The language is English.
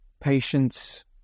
patience